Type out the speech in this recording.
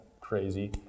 crazy